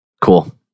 Cool